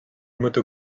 moto